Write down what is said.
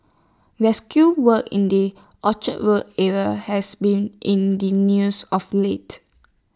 rescue work in the Orchard road area has been in the news of late